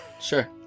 Sure